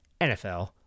NFL